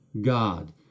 God